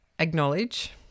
Acknowledge